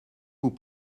vous